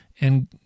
and-